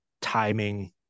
timing